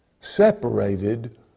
separated